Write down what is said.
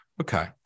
Okay